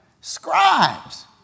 scribes